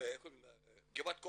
בגבעת כוח,